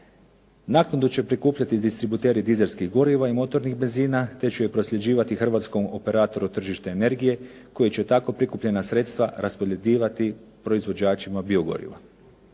Naknadu će prikupljati distributeri dizelskih goriva i motornih benzina te će ju prosljeđivati hrvatskom operatoru tržišta energije koji će tako prikupljena sredstva raspodjeljivati proizvođačima biogoriva.